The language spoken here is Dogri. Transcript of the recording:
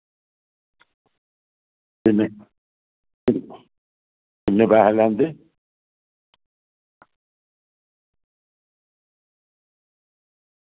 किन्ने किन्ने पैसे लैंदे